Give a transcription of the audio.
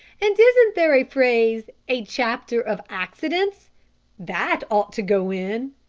and isn't there a phrase a chapter of accidents' that ought to go in?